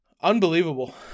unbelievable